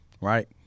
right